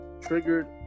triggered